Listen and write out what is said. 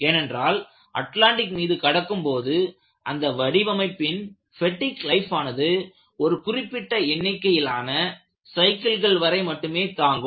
ஏனென்றால் அட்லாண்டிக் மீது கடக்கும்போது அந்த வடிவமைப்பின் பெடிக் லைஃப் ஆனது ஒரு குறிப்பிட்ட எண்ணிக்கையிலான சைக்கிள்கள் வரை மட்டுமே தாங்கும்